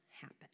happen